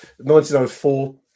1904